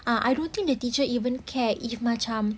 uh I don't think the teacher even care if macam